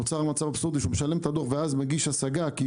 נוצר מצב אבסורדי שהוא משלם את הדוח ואז מגיש השגה כי